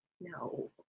No